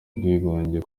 bwigunge